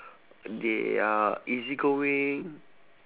they are easy-going